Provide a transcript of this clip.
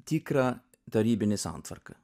tikrą tarybinį santvarką